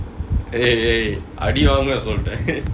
eh eh அடி வாங்குவ சொல்ட்டேe:adi vaanguva soltta